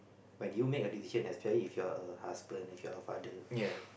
when you make a decision especially if you're a husband if you're a father